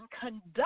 conduct